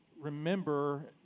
remember